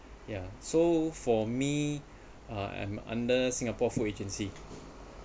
ya so for me uh I am under singapore food agency